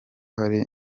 hari